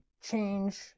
change